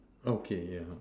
okay yeah uh